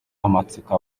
amatsiko